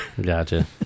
Gotcha